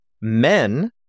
men